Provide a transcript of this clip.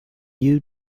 you